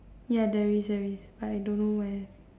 ya there is there is but I don't know where